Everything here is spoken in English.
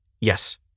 Yes